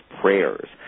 prayers